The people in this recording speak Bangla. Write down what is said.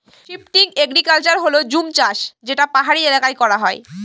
শিফটিং এগ্রিকালচার হল জুম চাষ যেটা পাহাড়ি এলাকায় করা হয়